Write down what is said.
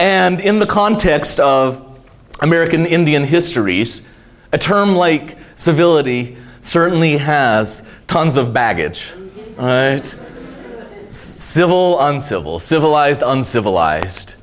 and in the context of american indian histories a term like civility certainly has tons of baggage it's civil on civil civilized uncivilized